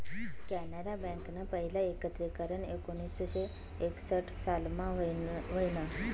कॅनरा बँकनं पहिलं एकत्रीकरन एकोणीसशे एकसठ सालमा व्हयनं